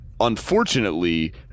Unfortunately